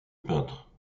peintre